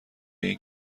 این